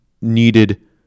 needed